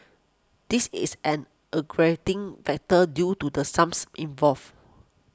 this is an aggravating factor due to the sums involved